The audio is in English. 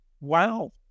wow